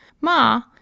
Ma